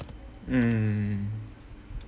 mm